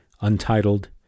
untitled